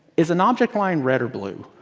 is an object line red or blue.